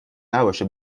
نباشه